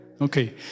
Okay